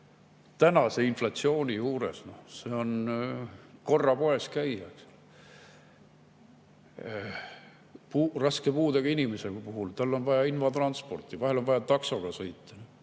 Tänase inflatsiooni juures see on korra poes käia. Raske puudega inimesel on vaja invatransporti, vahel on vaja taksoga sõita.